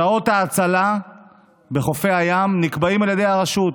שעות ההצלה בחופי הים נקבעות על ידי הרשות.